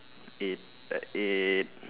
eight uh eight